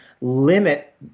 limit